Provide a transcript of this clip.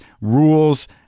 rules